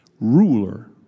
ruler